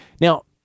Now